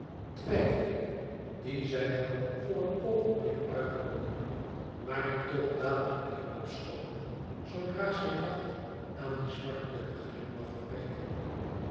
twijfelingen die zij wel voor een oogenblik uitroeide maar die toch dadelijk weêr opschoten zoodra zij dacht aan dien smartelijken glimlach van